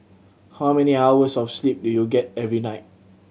how many hours of sleep do you get every night